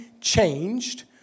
changed